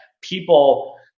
people